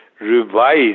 revise